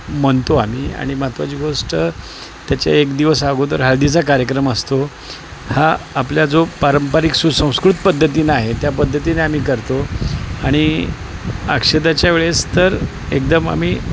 म्हणतो आम्ही आणि महत्त्वाची गोष्ट त्याच्या एक दिवस अगोदर हळदीचा कार्यक्रम असतो हा आपला जो पारंपरिक सुसंस्कृत पद्धतीने आहे त्या पद्धतीने आम्ही करतो आणि अक्षताच्यावेळेस तर एकदम आम्ही